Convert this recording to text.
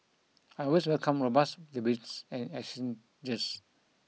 I always welcome robust debates and exchanges